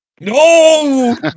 No